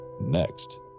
next